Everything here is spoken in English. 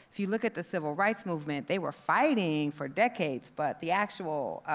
if you look at the civil rights movement, they were fighting for decades, but the actual